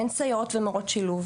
אין סייעות ומורות שילוב,